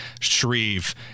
Shreve